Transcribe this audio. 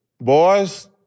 boys